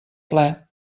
ple